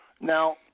Now